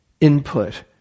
input